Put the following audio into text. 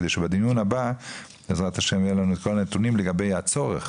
כדי שבדיון הבא בעזרת ה' יהיו לנו כל הנתונים לגבי הצורך,